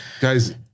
guys